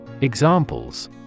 Examples